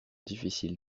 difficile